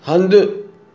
हंधु